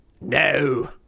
no